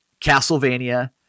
Castlevania